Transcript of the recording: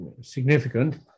significant